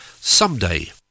someday